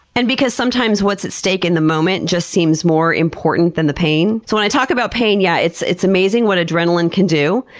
and because sometimes what's at stake in the moment just seems more important than the pain. so when i talk about pain, yeah yes, it's amazing what adrenaline can do.